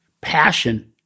passion